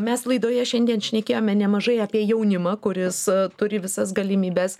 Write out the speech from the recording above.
mes laidoje šiandien šnekėjome nemažai apie jaunimą kuris turi visas galimybes